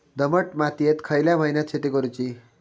दमट मातयेत खयल्या महिन्यात शेती करुची?